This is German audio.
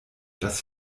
das